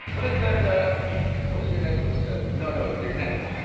what is that what does your necklace ah no, no, and your necklace.